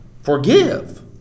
Forgive